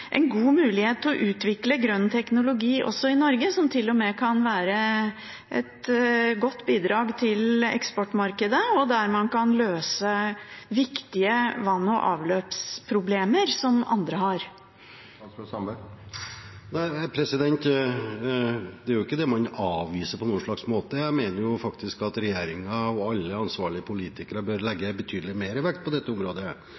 god mulighet til å utvikle grønn teknologi også i Norge, som til og med kan være et godt bidrag til eksportmarkedet, og der man kan løse viktige vann- og avløpsproblemer som andre har. Det er jo ikke slik at man avviser på noen slags måte. Jeg mener faktisk at regjeringen og alle ansvarlige politikere bør legge betydelig mer vekt på dette området,